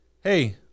hey